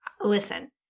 Listen